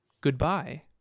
goodbye